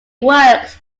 worked